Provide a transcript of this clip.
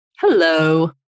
Hello